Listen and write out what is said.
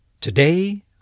Today